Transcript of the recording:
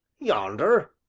yonder!